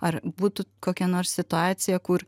ar būtų kokia nors situacija kur